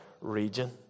region